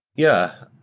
yeah.